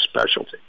specialty